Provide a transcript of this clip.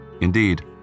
Indeed